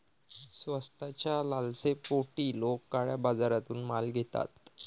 स्वस्ताच्या लालसेपोटी लोक काळ्या बाजारातून माल घेतात